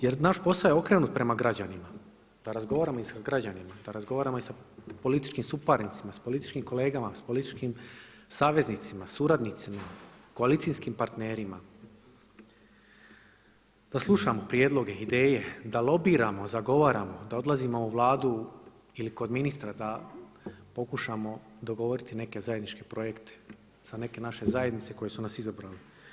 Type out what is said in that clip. Jer naš posao je okrenut prema građanima, da razgovaramo i sa građanima, da razgovaramo i sa političkim suparnicima, sa političkim kolegama, sa političkim saveznicima, suradnicima, koalicijskim partnerima, da slušamo prijedloge, ideje, da lobiramo, zagovaramo, da odlazimo u Vladu ili kod ministra, da pokušamo dogovoriti neke zajedničke projekte za neke naše zajednice koje su nas izabrale.